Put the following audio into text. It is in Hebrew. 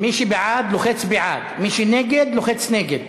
מי שבעד, לוחץ בעד, מי שנגד, לוחץ נגד.